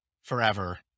forever